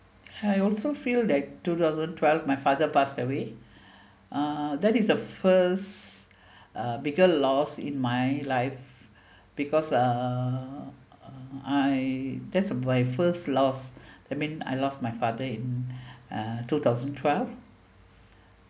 I also feel that two thousand twelve my father passed away uh that is a first uh bigger lost in my life because uh I that's my first loss that mean I lost my father in uh two thousand twelve